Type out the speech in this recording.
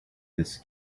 this